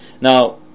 now